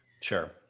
sure